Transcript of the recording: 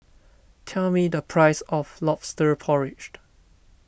tell me the price of Lobster Porridge